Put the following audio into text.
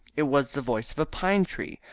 it was the voice of a pine tree,